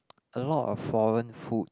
a lot of foreign food